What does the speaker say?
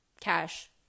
cash